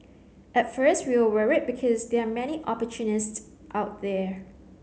at first we were worried because there are many opportunists out there